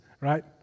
Right